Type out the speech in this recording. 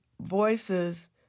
voices